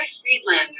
Friedlander